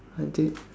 haunted